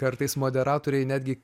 kartais moderatoriai netgi